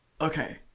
Okay